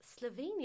Slovenia